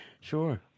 Sure